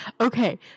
okay